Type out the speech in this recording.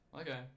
Okay